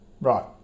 Right